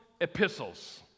epistles